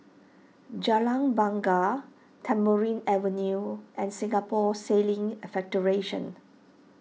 Jalan Bungar Tamarind Avenue and Singapore Sailing Federation